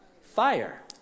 fire